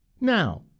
Now